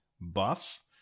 buff